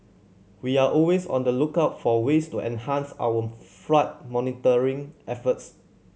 we are always on the lookout for ways to enhance our flood monitoring efforts